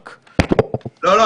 לא, לא.